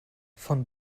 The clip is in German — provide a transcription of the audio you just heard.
von